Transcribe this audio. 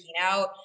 out